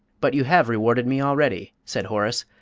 but you have rewarded me already, said horace,